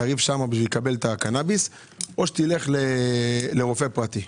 תריב שם בשביל לקבל את הקנאביס או תלך לרופא פרטי.